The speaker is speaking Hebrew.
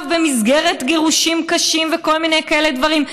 במסגרת גירושים קשים וכל מיני כאלה דברים.